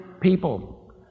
people